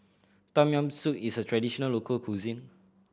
Tom Yam Soup is a traditional local cuisine